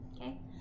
okay